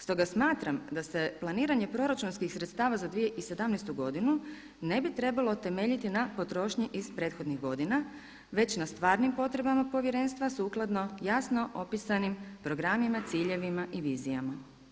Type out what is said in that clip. Stoga smatram da se planiranje proračunskih sredstava za 2017. godinu ne bi trebalo temeljiti na potrošnji iz prethodnih godina, već na stvarnim potrebama povjerenstva sukladno jasno opisanim programima, ciljevima i vizijama.